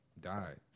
died